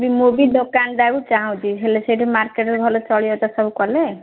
ମୁଁ ବି ଦୋକନ ଦେବାକୁ ଚାହୁଁଛି ହେଲେ ସେଠି ମାର୍କେଟ୍ରେ ସବୁ ଚଳିବ ତ ସବୁ କଲେ